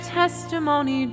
testimony